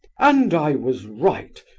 and i was right,